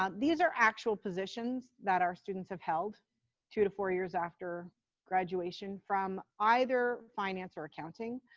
um these are actual positions that our students have held two to four years after graduation from either finance or accounting.